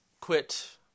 quit